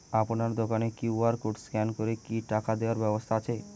আপনার দোকানে QR code scan করে কি টাকা দেওয়ার ব্যবস্থা আছে?